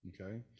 okay